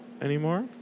anymore